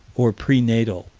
or pre-natal,